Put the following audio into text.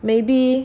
maybe